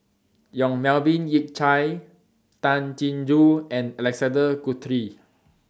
Yong Melvin Yik Chye Tay Chin Joo and Alexander Guthrie